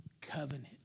covenant